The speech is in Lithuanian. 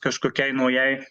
kažkokiai naujai